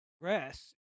grass